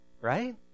Right